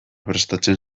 prestatzen